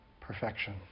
perfection